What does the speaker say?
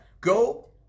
Go